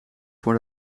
voor